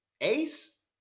Ace